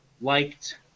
liked